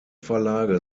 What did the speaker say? verlage